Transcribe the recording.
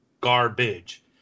garbage